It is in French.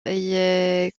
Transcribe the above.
est